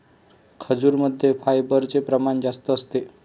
खजूरमध्ये फायबरचे प्रमाण जास्त असते